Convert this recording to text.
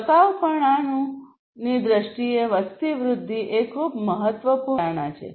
ટકાઉપણુંની દ્રષ્ટિએ વસ્તી વૃદ્ધિ એ ખૂબ મહત્વપૂર્ણ વિચારણા છે